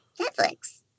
Netflix